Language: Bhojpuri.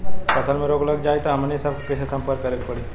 फसल में रोग लग जाई त हमनी सब कैसे संपर्क करें के पड़ी?